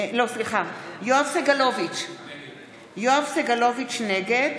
נגד יואב סגלוביץ' נגד